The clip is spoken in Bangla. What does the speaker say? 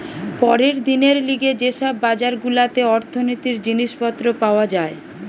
পরের দিনের লিগে যে সব বাজার গুলাতে অর্থনীতির জিনিস পত্র পাওয়া যায়